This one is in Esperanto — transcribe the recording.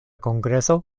kongreso